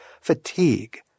fatigue